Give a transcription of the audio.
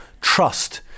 trust